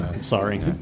sorry